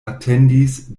atendis